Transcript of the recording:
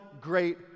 great